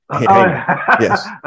Yes